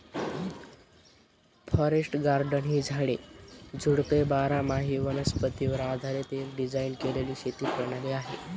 forest garden ही झाडे, झुडपे बारामाही वनस्पतीवर आधारीत एक डिझाइन केलेली शेती प्रणाली आहे